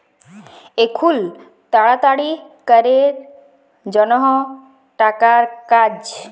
এখুল তাড়াতাড়ি ক্যরের জনহ টাকার কাজ